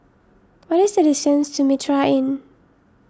what is the distance to Mitraa Inn